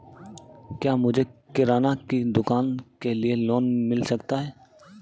क्या मुझे किराना की दुकान के लिए लोंन मिल सकता है?